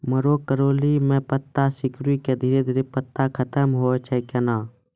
मरो करैली म पत्ता सिकुड़ी के धीरे धीरे पत्ता खत्म होय छै कैनै?